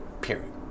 period